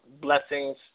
blessings